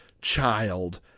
child